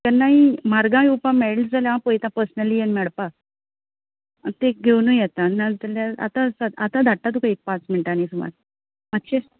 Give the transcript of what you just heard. केन्नाय म्हारगाय येवपा मेळ जाल्यार हांव पळयता पस्नली येवन मेळपा आं तें घेवनू येता नाजाल्यार आतां स आतां धाडटा तुका एक पांच मिणटानी सुमार मात्शें